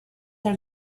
are